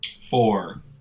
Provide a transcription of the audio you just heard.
Four